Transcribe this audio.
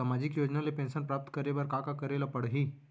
सामाजिक योजना ले पेंशन प्राप्त करे बर का का करे ल पड़ही?